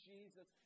Jesus